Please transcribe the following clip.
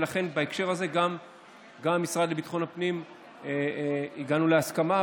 ולכן בהקשר הזה גם במשרד לביטחון הפנים הגענו להסכמה.